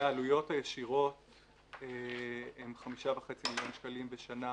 והעלויות הישירות הן 5.5 מיליון שקלים בשנה